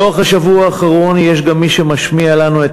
לאורך השבוע האחרון יש גם מי שמשמיע לנו את